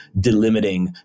delimiting